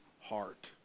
heart